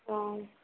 हँ